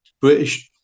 british